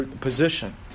position